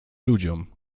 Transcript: ludziom